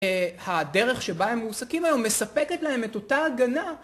הדרך שבה הם מעוסקים היום מספקת להם את אותה הגנה.